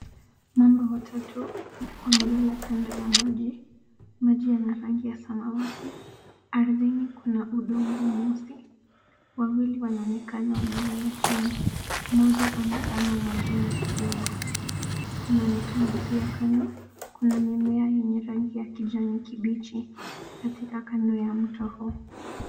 Mamba watatu wamelala kando ya maji. Maji yana rangi a samawati. Ardhini kuna udongo mweusi. Wawili wanaonekana wamelala chini. Mmoja amezama majini kidogo. Kunaonekana pia kando kuna mimea yenye rangi ya kijani kibichi katika kando ya mto huo.